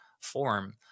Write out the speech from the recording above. form